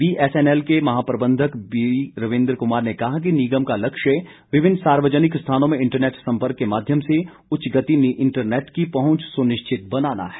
BSNL के महाप्रबंधक B Ravindra Kumar ने कहा कि निगम का लक्ष्य विभिन्न सार्वजनिक स्थानों में इंटरनेट सम्पर्क के माध्यम से उच्च गति इंटरनेट की पहुंच सुनिश्चित बनाना है